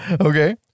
Okay